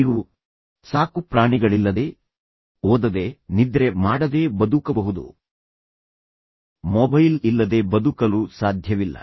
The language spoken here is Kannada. ನೀವು ಸಾಕುಪ್ರಾಣಿಗಳಿಲ್ಲದೆ ಓದದೆ ನಿದ್ರೆ ಮಾಡದೆ ಬದುಕಬಹುದು ಮೊಬೈಲ್ ಇಲ್ಲದೆ ಬದುಕಲು ಸಾಧ್ಯವಿಲ್ಲ